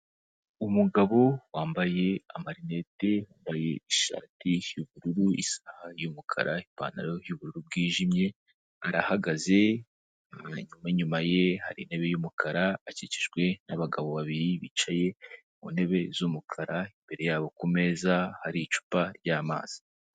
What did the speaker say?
Umugabo wambaye marinete ishati y'ubururu, isaha y'umukara, ipantaro y'ubururu bwijimye arahagaze hanyuma inyuma ye hari intebe y'umukara akikijwe n'abagabo babiri bicaye mu ntebe z'umukara, imbere yabo ku meza hari icupa ry'amazi.